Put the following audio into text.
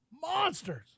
monsters